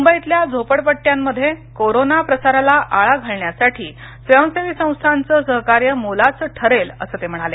मुंबईतल्या झोपडपट्टयांमध्ये कोरोना प्रसाराला आळा घालण्यासाठी स्वयंसिवी संस्थाचं सहकार्य मोलाचं ठरेल असं ते म्हणाले